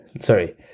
sorry